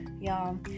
y'all